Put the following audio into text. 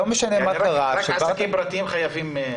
לא משנה מה קרה --- רק עסקים פרטיים חייבים.